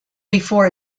before